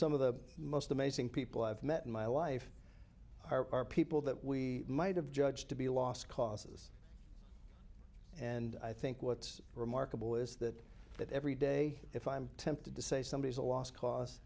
some of the most amazing people i've met in my life are people that we might have judged to be lost causes and i think what's remarkable is that that every day if i'm tempted to say somebody is a lost cause